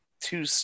two